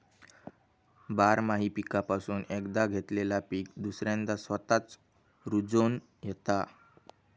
बारमाही पीकापासून एकदा घेतलेला पीक दुसऱ्यांदा स्वतःच रूजोन येता